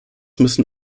müssen